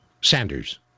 Sanders